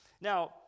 Now